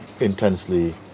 intensely